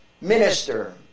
minister